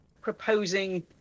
proposing